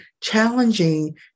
challenging